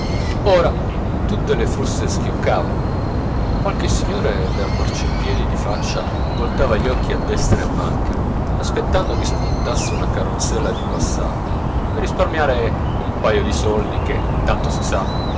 ora tutte le fruste schioccavano qualche signore dal marciapiedi di faccia voltava gli occhi a destra e a manca aspettando che spuntasse una carrozzella di passaggio per risparmiare un paio di soldi che tanto si sa